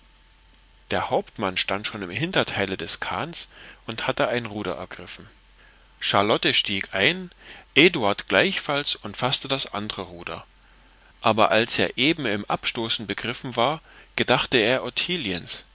der hauptmann stand schon im hinterteile des kahns und hatte ein ruder ergriffen charlotte stieg ein eduard gleichfalls und faßte das andre ruder aber als er eben im abstoßen begriffen war gedachte er